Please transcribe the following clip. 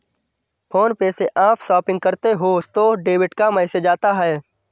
phone पे से आप शॉपिंग करते हो तो डेबिट का मैसेज आता है